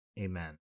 Amen